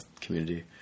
community